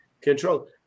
control